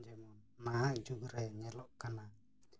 ᱡᱮᱢᱚᱱ ᱱᱟᱦᱟᱜ ᱡᱩᱜᱽᱨᱮ ᱧᱮᱞᱚᱜ ᱠᱟᱱᱟ